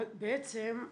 בעצם,